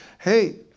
hey